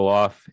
off